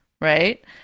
right